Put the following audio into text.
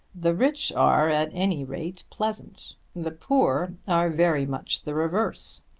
the rich are at any rate pleasant. the poor are very much the reverse.